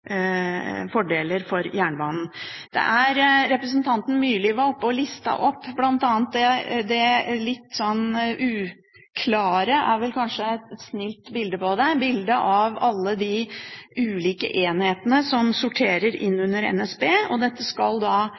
Representanten Myrli var oppe her og listet opp bl.a. det litt uklare bildet – det er kanskje litt snilt sagt – av alle de ulike enhetene som sorterer inn under NSB. Dette skal da